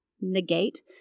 negate